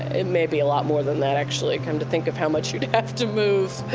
it may be a lot more than that actually, come to think of how much you'd have to move!